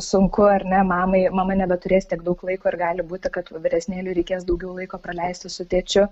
sunku ar ne mamai mama nebeturės tiek daug laiko ir gali būti kad vyresnėliui reikės daugiau laiko praleisti su tėčiu